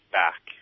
back